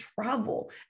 travel